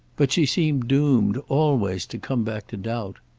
but she seemed doomed always to come back to doubt.